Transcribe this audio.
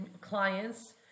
clients